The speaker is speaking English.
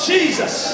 Jesus